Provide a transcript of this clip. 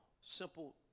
simple